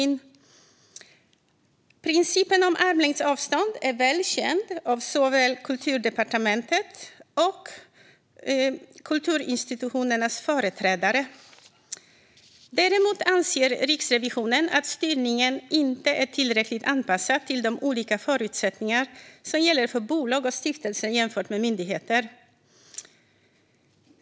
Styrning av kulturområdets institutioner Principen om armlängds avstånd är väl känd av såväl Kulturdepartementet som kulturinstitutionernas företrädare. Däremot anser Riksrevisionen att styrningen inte är tillräckligt anpassad till de olika förutsättningar som gäller för bolag och stiftelser jämfört med myndigheter.